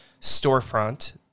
storefront